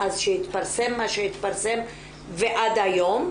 מאז שהתפרסם מה שהתפרסם ועד היום,